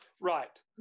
right